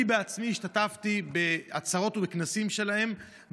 אני עצמי השתתפתי בעצרות ובכנסים שלהם,